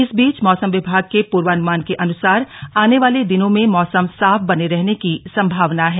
इस बीच मौसम विभाग के पूर्वानुमान के अनुसार आने वाले दिनों में मौसम साफ बने रहने की संभावना है